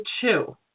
two